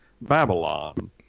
Babylon